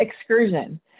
excursion